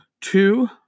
two